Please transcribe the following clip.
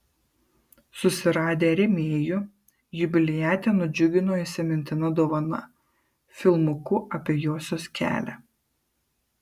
susiradę rėmėjų jubiliatę nudžiugino įsimintina dovana filmuku apie josios kelią